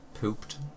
Pooped